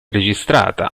registrata